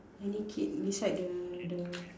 any kid beside the the